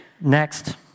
Next